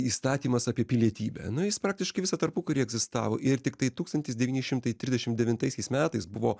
įstatymas apie pilietybę nu jis praktiškai visą tarpukarį egzistavo ir tiktai tūkstantis devyni šimtai trisdešim devintaisiais metais buvo